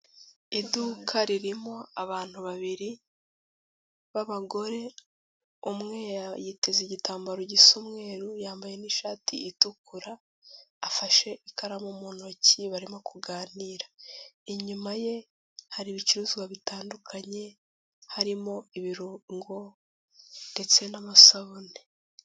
Iduka ririmo abantu babiri b'abagore umwe yiteze igitambaro gisa umweru, yambaye n'ishati itukura afashe ikaramu mu ntoki barimo kuganira; inyuma ye hari ibicuruzwa bitandukanye harimo ibirungo ndetse n'amasabune.